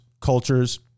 cultures